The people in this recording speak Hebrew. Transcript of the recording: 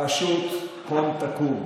הרשות קום תקום.